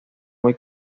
muy